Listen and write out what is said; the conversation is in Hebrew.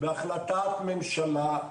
בהחלטת ממשלה,